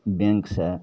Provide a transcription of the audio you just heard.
बैँकसे